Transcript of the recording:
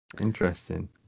Interesting